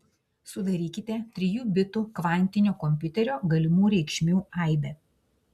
sudarykite trijų bitų kvantinio kompiuterio galimų reikšmių aibę